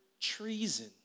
treason